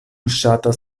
ŝatas